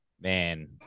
man